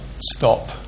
stop